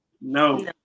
No